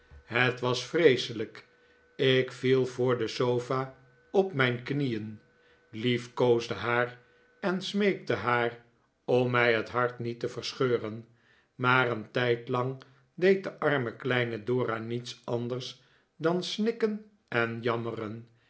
het was vreeselijk ik viel voor de sofa op mijn knieen liefkoosde haar en smeekte haar om mij het hart niet te verscheuren maar een tijdlang deed de arme kleine dora niets anders dan snikken en jammeren